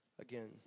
again